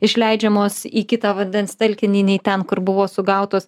išleidžiamos į kitą vandens telkinį nei ten kur buvo sugautos